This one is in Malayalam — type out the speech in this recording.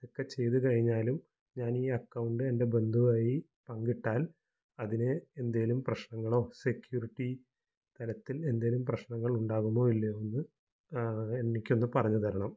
ഇതൊക്കെ ചെയ്ത് കഴിഞ്ഞാലും ഞാനീ അക്കൗണ്ട് എൻ്റെ ബന്ധുവായി പങ്കിട്ടാൽ അതിന് എന്തേലും പ്രശ്നങ്ങളോ സെക്യൂരിറ്റി തലത്തിൽ എന്തേലും പ്രശ്നങ്ങൾ ഇണ്ടാകുമോ ഇല്ലയോന്ന് എനിക്കൊന്ന് പറഞ്ഞ് തരണം